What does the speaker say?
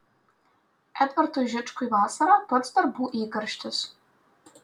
edvardui žičkui vasara pats darbų įkarštis